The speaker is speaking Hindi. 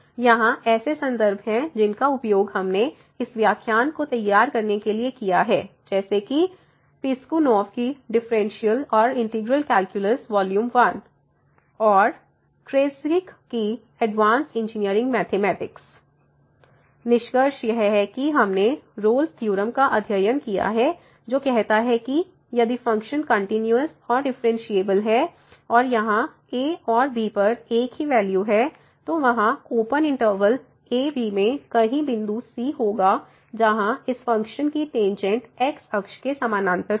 यहाँ ऐसे संदर्भ हैं जिनका उपयोग हमने इस व्याख्यान को तैयार करने के लिए किया है जैसे कि पिस्कुनोव की डिफरेंशियल और integral calculus volume 1 Piskunov Differential and Integral calculus Volume 1 और क्रिस्ज़िग की एडवांस्ड इंजीनियरिंग मैथमेटिक्स निष्कर्ष यह है कि हमने रोल्स थ्योरम Rolle's Theorem का अध्ययन किया है जो कहता है कि यदि फंक्शन कंटिन्यूस और डिफ़्फ़रेनशियेबल है और यहाँ a और b पर एक ही वैल्यू है तो वहाँ ओपन इंटरवल a b में कहीं बिंदु c होगा जहां इस फंकशन की टेंजेंट x अक्ष के समानांतर होगी